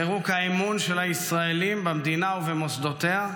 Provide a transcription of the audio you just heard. פירוק האמון של הישראלים במדינה ובמוסדותיה,